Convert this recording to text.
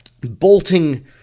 bolting